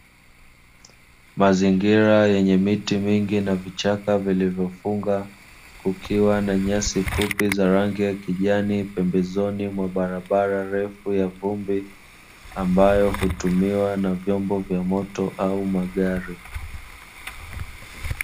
Mazingira yenye miti mingi na vichaka vilivyofunga, kukiwa na nyasi fupi za rangi ya kijani pembezoni mwa barabara refu ya vumbi, ambayo hutumiwa na vyombo vya moto au magari.